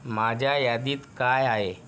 माझ्या यादीत काय आहे